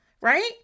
right